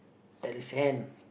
at his hand